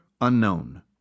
unknown